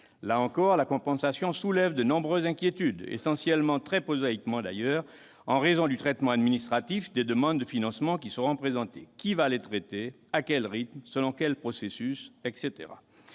Là encore, la compensation soulève de nombreuses inquiétudes essentiellement, très prosaïquement d'ailleurs, en raison du traitement administratif des demandes de financement qui seront présentées. Qui va les traiter, à quel rythme et selon quel processus ? Dans